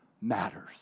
matters